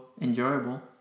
enjoyable